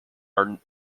are